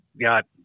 got